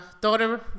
daughter